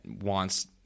wants –